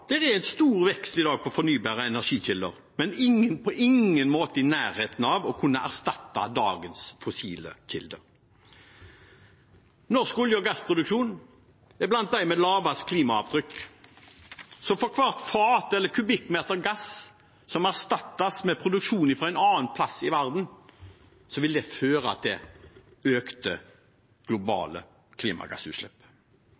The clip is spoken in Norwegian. det er en stor vekst i dag på fornybare energikilder, men de er på ingen måte i nærheten av å kunne erstatte dagens fossile kilder. Norsk olje- og gassproduksjon er blant dem med lavest klimaavtrykk. Hvert fat olje eller kubikkmeter gass som erstattes av produksjon et annet sted i verden, vil føre til økte